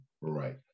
right